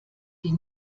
die